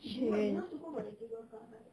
cheers